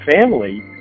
family